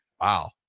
Wow